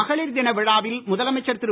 மகளிர் தின விழாவில் முதலமைச்சர் திரு